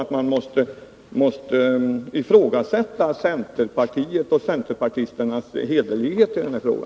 Vad är det som gör att man måste ifrågasätta centerpartiets och centerpartisternas hederlighet i denna fråga?